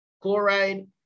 chloride